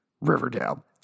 Riverdale